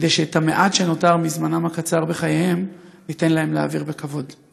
כדי שאת המעט שנותר מזמנם הקצר בחייהם ניתן להם להעביר בכבוד.